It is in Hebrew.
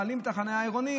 מעלים את החניה העירונית.